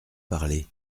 parlé